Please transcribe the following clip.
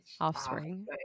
offspring